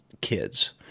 kids